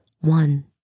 one